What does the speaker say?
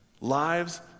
lives